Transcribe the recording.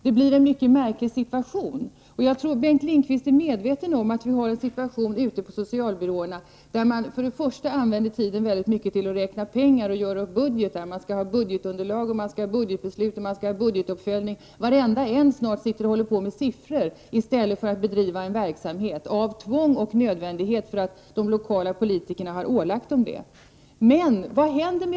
Det blir en mycket märklig situation. Jag tror att Bengt Lindqvist är medveten om att man på socialbyråerna använder mycket av tiden åt att räkna pengar och göra upp budgetar. Man tar fram budgetunderlag, fattar budgetbeslut och gör budgetuppföljningar. Snart sagt varenda tjänsteman håller på med siffror i stället för att bedriva en verksamhet. Detta sker av tvång och nödvändighet, eftersom de lokala politikerna har ålagt dem dessa uppgifter.